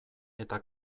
eta